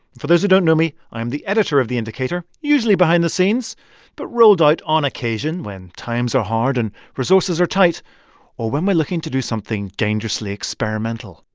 for those who don't know me, the editor of the indicator, usually behind the scenes but rolled out on occasion when times are hard and resources are tight or when we're looking to do something dangerously experimental,